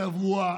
בתברואה,